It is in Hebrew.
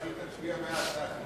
קביעת תקרה להחזרים